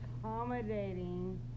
accommodating